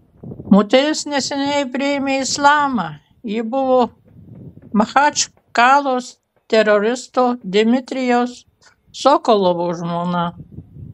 moteris neseniai priėmė islamą ji buvo machačkalos teroristo dmitrijaus sokolovo žmona